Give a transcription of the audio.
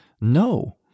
No